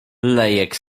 lejek